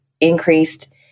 increased